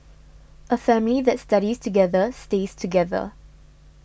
a family that studies together stays together